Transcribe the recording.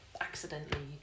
accidentally